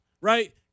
right